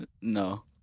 no